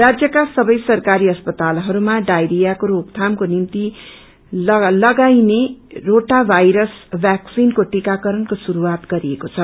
राज्यका सबै सरकारी अस्पतालहरूमा छायरियाको रोकथामको निमित लागाईने रोटावायरस बैक्सीनको टीकाकरणको शुरूआत गरिएको छ